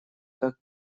как